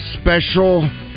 Special